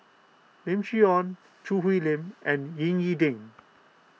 Lim Chee Onn Choo Hwee Lim and Ying E Ding